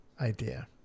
idea